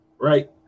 right